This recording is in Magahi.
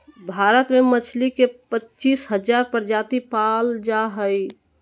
भारत में मछली के पच्चीस हजार प्रजाति पाल जा हइ